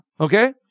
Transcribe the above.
Okay